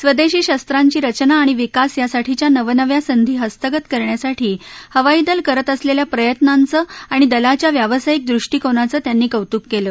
स्वदेशी शस्त्रांची रचना आणि विकास यासाठीच्या नव नव्या संधी हस्तगत करण्यासाठी हवाई दल करत असलेल्या प्रयत्नांच आणि दलाच्या व्यावसायिक दृष्टीकोनाचं त्यांनी कौतुक केलं